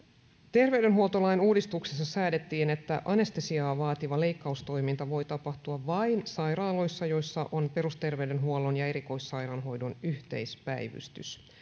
terveydenhuoltolain uudistuksessa säädettiin että anestesiaa vaativa leikkaustoiminta voi tapahtua vain sairaaloissa joissa on perusterveydenhuollon ja erikoissairaanhoidon yhteispäivystys